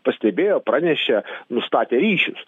pastebėjo pranešė nustatė ryšius